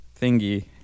thingy